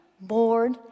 board